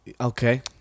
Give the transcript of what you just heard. Okay